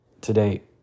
Today